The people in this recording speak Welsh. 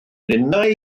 ninnau